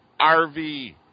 RV